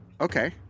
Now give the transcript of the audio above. Okay